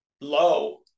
low